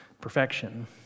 perfection